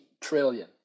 trillion